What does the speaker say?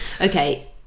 okay